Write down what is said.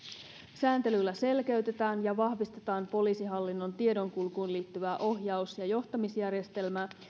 sääntelyllä selkeytetään ja vahvistetaan poliisihallinnon tiedonkulkuun liittyvää ohjaus ja johtamisjärjestelmää